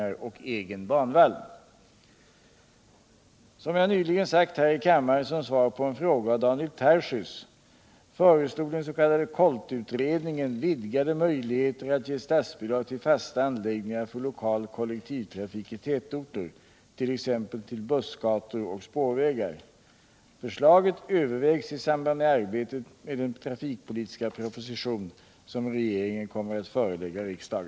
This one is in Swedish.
Det måste också anses som mycket angeläget att satsa på en spårbunden trafik som kan göras flexibel och som kan anpasas till redan befintlig bebyggelse. Är statsrådet beredd att medverka till sådan ändring i statsbidragsreglerna för tunnelbanebyggande att omoch nybyggnad av spårtrafikanläggningar för allmän trafik blir bidragsberättigad utan krav på planskilda korsningar och egen banvall?